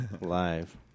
live